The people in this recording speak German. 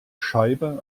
scheibe